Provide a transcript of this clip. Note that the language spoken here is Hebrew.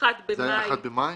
ה-30 במאי,